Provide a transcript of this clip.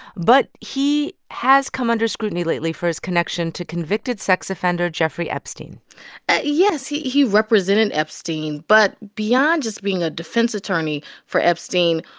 but he has come under scrutiny lately for his connection to convicted sex offender jeffrey epstein ah yes, he he represented epstein. but beyond just being a defense attorney for epstein,